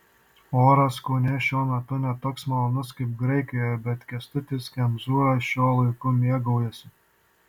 oras kaune šiuo metu ne toks malonus kaip graikijoje bet kęstutis kemzūra šiuo laiku mėgaujasi